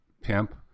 pimp